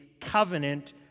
covenant